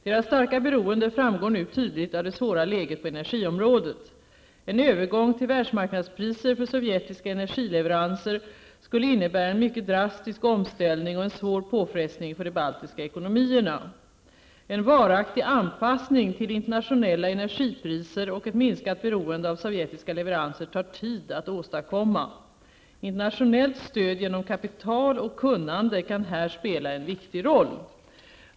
Deras starka beroende framgår nu tydligt av det svåra läget på energiområdet. En övergång till världsmarknadspriser för sovjetiska energileveranser skulle innebära en mycket drastisk omställning och en svår påfrestning för de baltiska ekonomierna. En varaktig anpassning till internationella energipriser och ett minskat beroende av sovjetiska leveranser tar tid att åstadkomma. Internationellt stöd genom kapital och kunnande kan här spela en viktig roll.